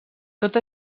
tot